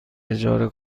اجاره